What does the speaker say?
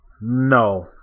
no